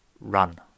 Run